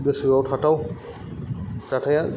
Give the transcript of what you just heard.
गोसोआव थाथाव जाथाय